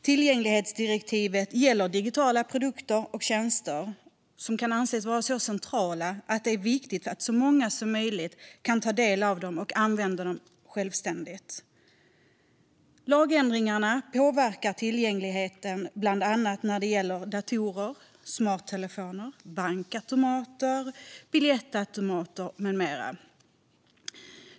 Tillgänglighetsdirektivet gäller digitala produkter och tjänster som kan anses vara så centrala att det är viktigt att så många som möjligt kan ta del av dem och använda dem självständigt. Lagändringarna påverkar tillgängligheten när det gäller datorer, smarttelefoner, bankautomater, biljettautomater med mera.